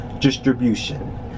distribution